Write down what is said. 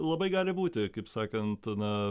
labai gali būti kaip sakant na